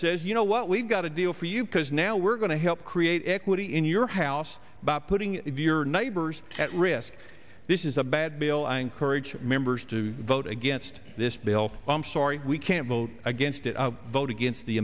says you know what we've got a deal for you because now we're going to help create equity in your house by putting your neighbors at risk this is a bad bill i encourage members to vote against this bill i'm sorry we can't vote against it vote against the